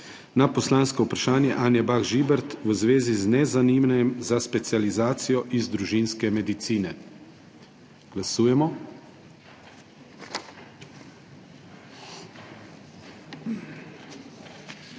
na poslansko vprašanje Anje Bah Žibert v zvezi z nezanimanjem za specializacijo iz družinske medicine. Glasujemo.